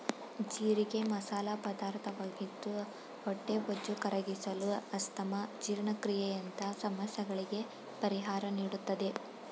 ಜೀರಿಗೆ ಮಸಾಲ ಪದಾರ್ಥವಾಗಿದ್ದು ಹೊಟ್ಟೆಬೊಜ್ಜು ಕರಗಿಸಲು, ಅಸ್ತಮಾ, ಜೀರ್ಣಕ್ರಿಯೆಯಂತ ಸಮಸ್ಯೆಗಳಿಗೆ ಪರಿಹಾರ ನೀಡುತ್ತದೆ